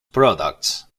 products